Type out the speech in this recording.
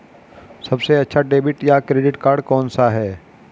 सबसे अच्छा डेबिट या क्रेडिट कार्ड कौन सा है?